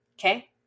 okay